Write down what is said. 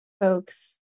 folks